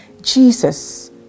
Jesus